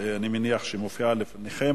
שאני מניח שמופיעה לפניכם,